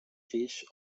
riches